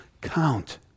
count